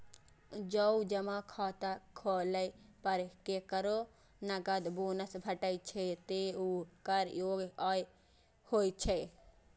जौं जमा खाता खोलै पर केकरो नकद बोनस भेटै छै, ते ऊ कर योग्य आय होइ छै